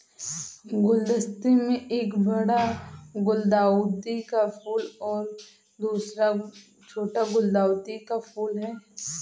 गुलदस्ते में एक बड़ा गुलदाउदी का फूल और दूसरा छोटा गुलदाउदी का फूल है